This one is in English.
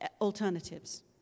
alternatives